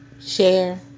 Share